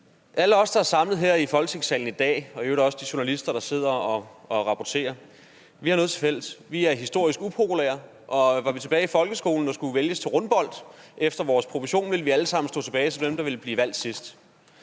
Alle os, der er samlet her i Folketingssalen i dag – og i øvrigt også de journalister, der sidder og rapporterer – har noget til fælles. Vi er historisk upopulære, og var vi tilbage i folkeskolen og skulle vælges til rundbold efter vores profession, ville vi alle sammen stå tilbage som dem, der ville blive valgt sidst.